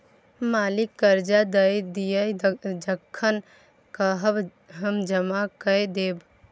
मालिक करजा दए दिअ जखन कहब हम जमा कए देब